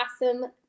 awesome